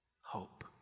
Hope